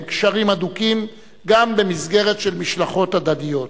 קשרים הדוקים גם במסגרת של משלחות הדדיות.